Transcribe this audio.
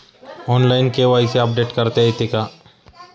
Online KYC update करता येते का?